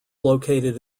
located